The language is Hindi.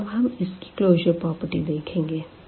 और अब हम इस की क्लोजर प्रॉपर्टी देखेंगे